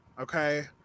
okay